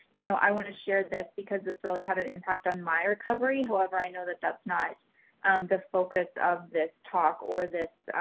you know, i want to share this because this really had an impact on my recovery, however i know that that's not um the focus of this talk or this,